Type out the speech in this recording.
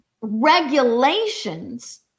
regulations